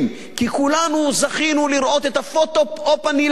כי כולנו זכינו לראות את הפוטו-אופ הנלהב